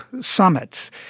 summits